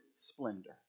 splendor